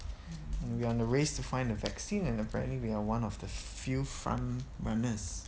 we are on the race to find the vaccine and apparently we are one of the few front runners